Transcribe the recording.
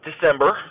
December